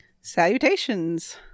Salutations